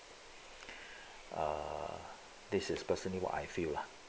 err this is personally what I feel lah